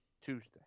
Tuesday